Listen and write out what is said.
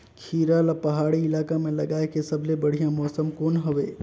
खीरा ला पहाड़ी इलाका मां लगाय के सबले बढ़िया मौसम कोन हवे?